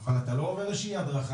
אבל אתה לא עובר איזה שהיא הדרכה,